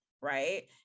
Right